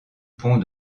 pont